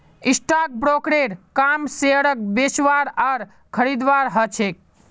stock ब्रोकरेर काम शेयरक बेचवार आर खरीदवार ह छेक